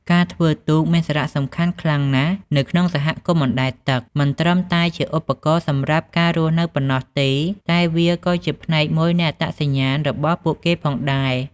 ការធ្វើទូកមានសារៈសំខាន់ខ្លាំងណាស់នៅក្នុងសហគមន៍អណ្តែតទឹក មិនត្រឹមតែជាឧបករណ៍សម្រាប់ការរស់នៅប៉ុណ្ណោះទេ តែវាក៏ជាផ្នែកមួយនៃអត្តសញ្ញាណរបស់ពួកគេផងដែរ។